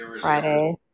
Friday